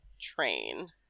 train